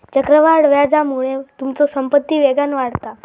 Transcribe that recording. चक्रवाढ व्याजामुळे तुमचो संपत्ती वेगान वाढता